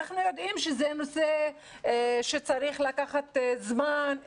אנחנו יודעים שזה נושא שצריך לקחת זמן.